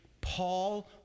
Paul